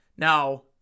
Now